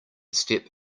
step